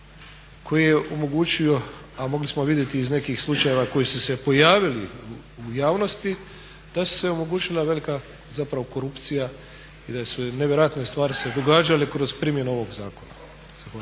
koji je omogućio, a mogli smo vidjeli iz nekih slučajeva koji su se pojavili u javnosti da su se omogućila velika zapravo korupcija i da su se nevjerojatne stvari događale kroz primjenu ovog zakona.